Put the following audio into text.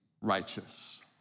righteous